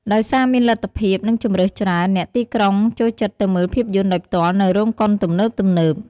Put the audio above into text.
ដោយសារមានលទ្ធភាព និងជម្រើសច្រើន អ្នកទីក្រុងចូលចិត្តទៅមើលភាពយន្តដោយផ្ទាល់នៅរោងកុនទំនើបៗ។